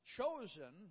chosen